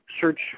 search